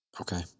Okay